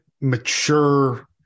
mature